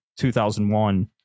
2001